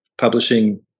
publishing